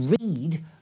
read